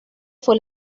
fue